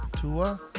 Tua